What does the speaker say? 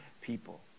people